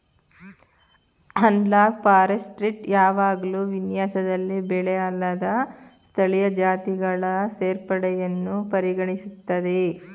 analogue forestry ಯಾವಾಗ್ಲೂ ವಿನ್ಯಾಸದಲ್ಲಿ ಬೆಳೆಅಲ್ಲದ ಸ್ಥಳೀಯ ಜಾತಿಗಳ ಸೇರ್ಪಡೆಯನ್ನು ಪರಿಗಣಿಸ್ತದೆ